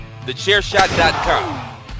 TheChairShot.com